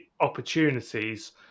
opportunities